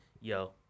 yo